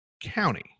County